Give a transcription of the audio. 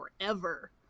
forever